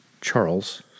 Charles